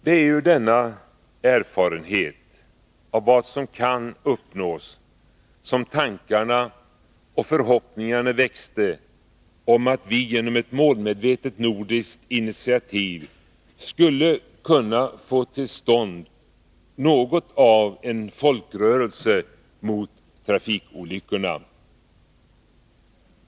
Det är ur denna erfarenhet av vad som kan uppnås som tankarna och förhoppningarna växte om att vi genom ett målmedvetet nordiskt initiativ skulle kunna få till stånd något av en folkrörelse mot trafikolyckorna.